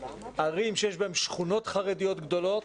ערים שיש בהן שכונות חרדיות גדולות,